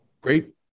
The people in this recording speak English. great